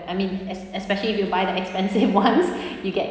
I mean es~ especially if you buy the expensive ones you get